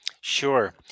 Sure